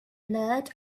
blurt